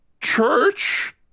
church